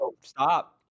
stop